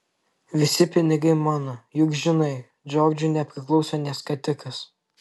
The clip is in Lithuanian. visi pinigai mano juk žinai džordžui nepriklauso nė skatikas